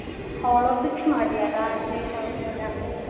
ആ ഹോളോബ്രിക്സ് മതി അത് അത്രെ കുഴപ്പം ഇല്ലാന്ന് തോന്നുന്നു